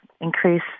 increase